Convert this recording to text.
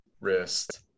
wrist